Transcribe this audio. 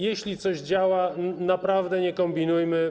Jeśli coś działa, naprawdę nie kombinujmy.